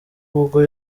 ubwo